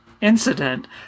incident